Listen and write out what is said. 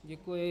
Děkuji.